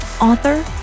author